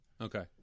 Okay